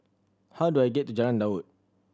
how do I get to Jalan Daud